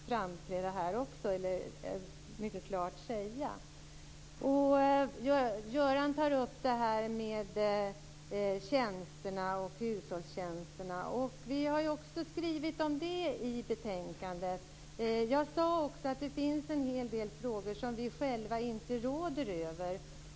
Göran Hägglund tar upp frågan om tjänsterna och hushållstjänsterna. Det har vi också skrivit om i betänkandet. Jag sade också att det finns en hel del frågor som vi själva inte råder över.